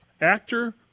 actor